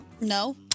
No